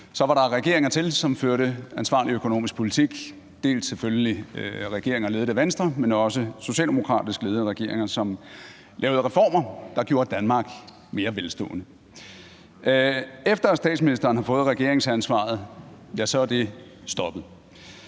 var der regeringer til, som førte ansvarlig økonomisk politik. Der var selvfølgelig regeringer ledet af Venstre, men også socialdemokratisk ledede regeringer, som lavede reformer, der gjorde Danmark mere velstående. Efter at statsministeren har fået regeringsansvaret, er det stoppet.